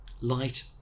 light